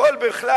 בכלל,